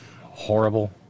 horrible